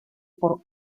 por